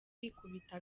kwikubita